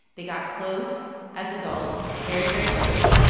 they got close as adults very, very close.